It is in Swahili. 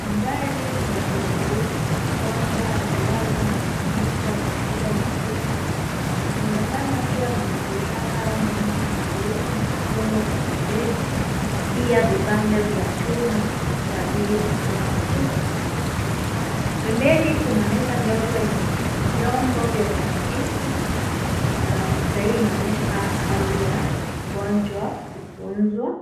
Mandhari ni ya hospitalini, mgonjwa amelazwa na kufunikwa kwa shuka nyekundu. Anaonekana kuwa na majeraha mengi miguuni na amefungwa kwa bandeji na pia vipande vya chuma kwa ajili ya kuunga mifupa. Pembeni kuna meza ndogo yenye vyombo vya plastiki na picha hii inaonyesha hali ya mgonjwa kutunzwa